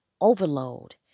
overload